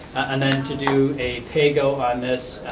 and then to do a pay-go on this,